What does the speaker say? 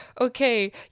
okay